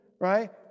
right